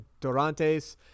Dorantes